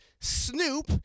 Snoop